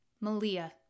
Malia